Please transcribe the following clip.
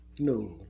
no